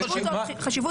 לאור חשיבות?